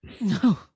No